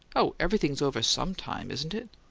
oh, everything's over some time, isn't it?